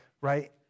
Right